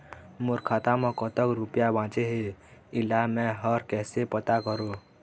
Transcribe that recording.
मोर खाता म कतक रुपया बांचे हे, इला मैं हर कैसे पता करों?